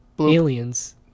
aliens